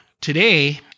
Today